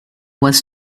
was